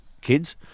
kids